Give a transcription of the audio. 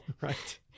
Right